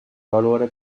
valore